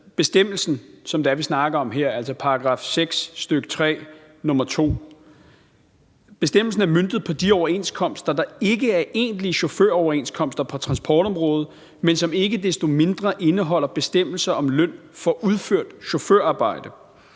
stk. 3, nr. 2, møntet på de overenskomster, der ikke er egentlige chaufføroverenskomster på transportområdet, men som ikke desto mindre indeholder bestemmelser om løn for udført chaufførarbejde,